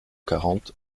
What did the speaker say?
quarante